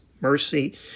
mercy